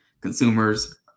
consumers